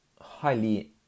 highly